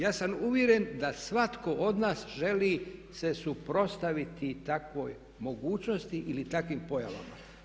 Ja sam uvjeren da svatko od nas želi se suprotstaviti takvoj mogućnosti ili takvim pojavama.